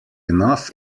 enough